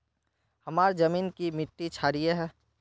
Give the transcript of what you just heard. हमार जमीन की मिट्टी क्षारीय है?